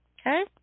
okay